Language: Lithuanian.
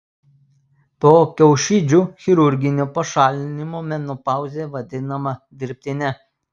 po kiaušidžių chirurginio pašalinimo menopauzė vadinama dirbtine